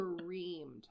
screamed